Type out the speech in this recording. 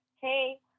Hey